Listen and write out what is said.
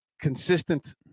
consistent